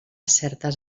certes